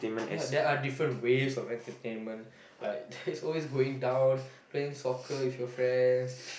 ya there are different ways of entertainment like there's always going down playing soccer with your friends